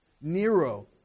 Nero